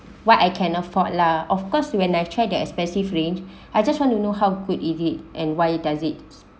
what I can afford lah of course when I tried the expensive range I just want to know how good is it and why does it